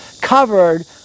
covered